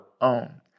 own